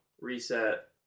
reset